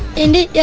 in the yeah